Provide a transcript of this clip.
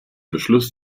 beschluss